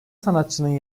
sanatçının